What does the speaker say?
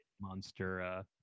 monster